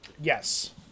yes